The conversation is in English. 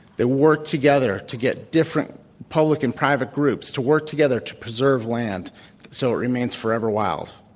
they work together to get different public and private groups to work together to preserve land so it remains forever wild.